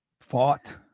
fought